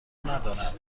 ندارند